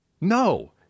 No